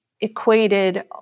equated